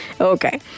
Okay